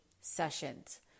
sessions